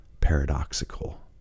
paradoxical